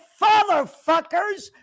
fatherfuckers